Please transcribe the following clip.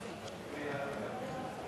הנאצים ונכי המלחמה בנאצים (תיקוני חקיקה),